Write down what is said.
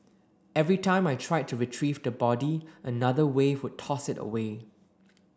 every time I tried to retrieve the body another wave would toss it away